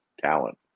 talent